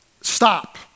Stop